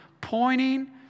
pointing